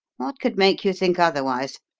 what could make you think otherwise?